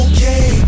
Okay